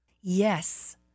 Yes